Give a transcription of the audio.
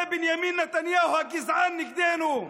זה בנימין נתניהו הגזען נגדנו.